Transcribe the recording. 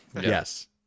yes